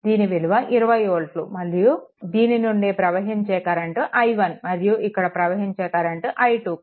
దీని విలువ 20 వోల్ట్లు మరియు దీని నుండి ప్రవహించే కరెంట్ i1 మరియు ఇక్కడ ప్రవహించే కరెంట్ i2